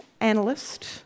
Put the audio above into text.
analyst